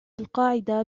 القاعدة